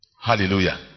hallelujah